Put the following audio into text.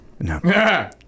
No